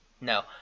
No